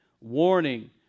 warning